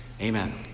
Amen